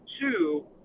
two